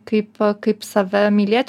kaip kaip save mylėt